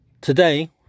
Today